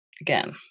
Again